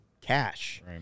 cash